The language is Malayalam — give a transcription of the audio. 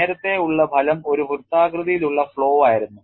നേരത്തെ ഉള്ള ഫലം ഒരു വൃത്താകൃതിയിലുള്ള flaw ആയിരുന്നു